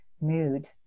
mood